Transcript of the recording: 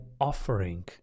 offering